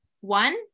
One